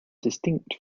distinct